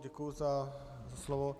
Děkuji za slovo.